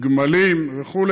גמלים וכו'.